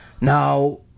Now